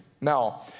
Now